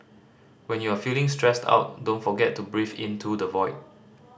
when you are feeling stressed out don't forget to breathe into the void